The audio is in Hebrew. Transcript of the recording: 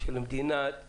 של מדינת ישראל,